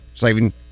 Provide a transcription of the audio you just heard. saving